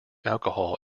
alcohol